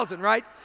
right